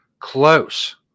close